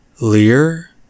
Lear